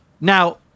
Now